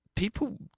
People